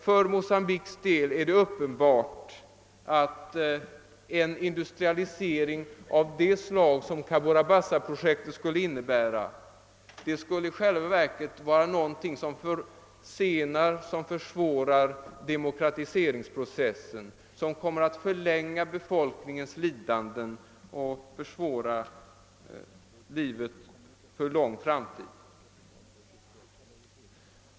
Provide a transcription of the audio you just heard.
För Mocambiques del är det uppenbart att en industrialisering av det slag som Cabora Bassa-projektet skulle innebära i själva verket skulle försena och försvåra - demokratiseringsprocessen, <förlänga befolkningens lidanden och försvåra livet för lång tid framöver.